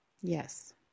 Yes